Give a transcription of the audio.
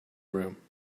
room